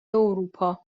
اروپا